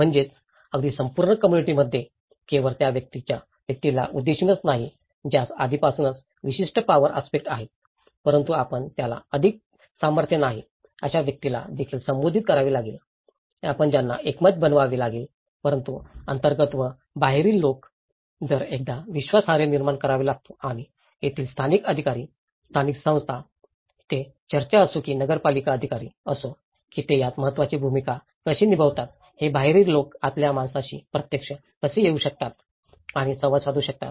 म्हणूनच अगदी संपूर्ण कम्म्युनिटी मध्ये केवळ त्या व्यक्तीला उद्देशूनच नाही ज्यास आधीपासूनच विशिष्ट पावर आस्पेक्टस आहे परंतु आपण ज्याला काही सामर्थ्य नाही अश्या व्यक्तीला देखील संबोधित करावे लागेल आपण त्यांना एकमत बनवावे लागेल परंतु अंतर्गत व बाहेरील लोक तर एखादा विश्वासार्ह निर्माण करावा लागतो आणि तेथील स्थानिक अधिकारी स्थानिक संस्था ते चर्च असो की नगरपालिका अधिकार असो की ते यात महत्वाची भूमिका कशी निभावतात हे बाहेरील लोक आतल्या माणसाशी प्रत्यक्ष कसे येऊ शकतात आणि संवाद साधू शकतात